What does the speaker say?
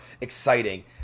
exciting